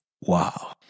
Wow